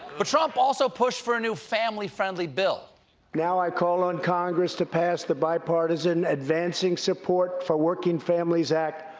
but trump also pushed for a new family-friendly bill now i call on the congress to pass the bipartisan advancing support for working families act,